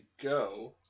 go